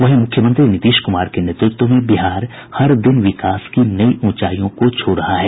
वहीं मुख्यमंत्री नीतीश कुमार के नेतृत्व में बिहार हर दिन विकास की नई ऊंचाईयों को छू रहा है